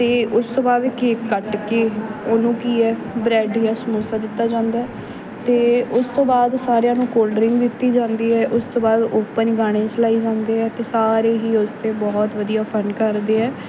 ਅਤੇ ਉਸ ਤੋਂ ਬਾਅਦ ਕੇਕ ਕੱਟ ਕੇ ਉਹਨੂੰ ਕੀ ਹੈ ਬਰੈੱਡ ਜਾਂ ਸਮੋਸਾ ਦਿੱਤਾ ਜਾਂਦਾ ਹੈ ਅਤੇ ਉਸ ਤੋਂ ਬਾਅਦ ਸਾਰਿਆਂ ਨੂੰ ਕੋਲਡ ਡ੍ਰਿੰਕ ਦਿੱਤੀ ਜਾਂਦੀ ਹੈ ਉਸ ਤੋਂ ਬਾਅਦ ਓਪਨ ਗਾਣੇ ਚਲਾਏ ਜਾਂਦੇ ਹੈ ਅਤੇ ਸਾਰੇ ਹੀ ਉਸ 'ਤੇ ਬਹੁਤ ਵਧੀਆ ਫੰਨ ਕਰਦੇ ਹੈ